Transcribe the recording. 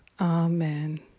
Amen